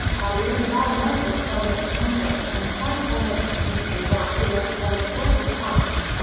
palaeoenvironmental climate context and site formation history of archaeological and fossil sites,